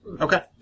Okay